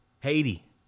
Haiti